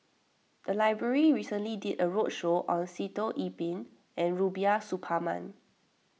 the library recently did a roadshow on Sitoh Yih Pin and Rubiah Suparman